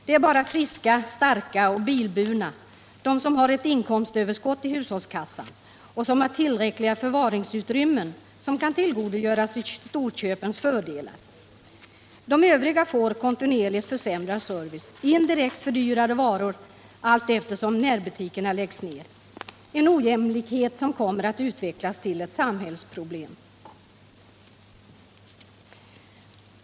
Det är bara friska, starka och bilburna, de som har ett inkomstöverskott i hushållskassan och som har tillräckliga förvaringsutrymmen, som kan tillgodogöra sig storköpens fördelar. De övriga får kontinuerligt försämrad service och indirekt fördyrade varor allteftersom närbutikerna läggs ner. Det är en ojämlikhet som kommer att utvecklas till ett samhällsproblem.